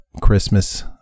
christmas